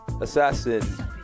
Assassin